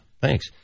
Thanks